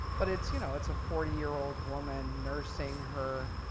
but it's you know it's a forty year old woman nursing her